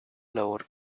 labor